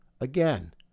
again